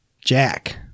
Jack